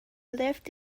left